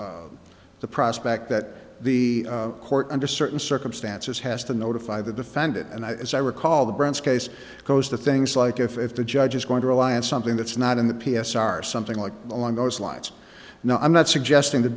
to the prospect that the court under certain circumstances has to notify the defendant and as i recall the brandts case goes to things like if the judge is going to rely on something that's not in the p s r something like along those lines no i'm not suggesting that